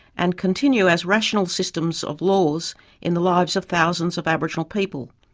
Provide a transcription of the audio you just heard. and continue as rational systems of laws in the lives of thousands of aboriginal people.